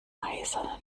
eisernen